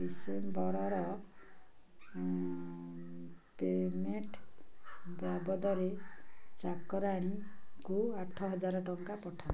ଡ଼ିସେମ୍ବରର payment ବାବଦରେ ଚାକରାଣୀଙ୍କୁ ଆଠ ହଜାର ଟଙ୍କା ପଠା